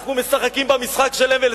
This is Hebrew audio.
אנחנו משחקים במשחק של הבל.